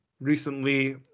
recently